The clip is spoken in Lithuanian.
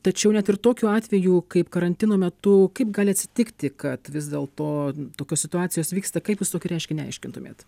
tačiau net ir tokiu atveju kaip karantino metu kaip gali atsitikti kad vis dėlto tokios situacijos vyksta kaip jūs tokį reiškinį aiškintumėt